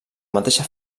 mateixa